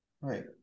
right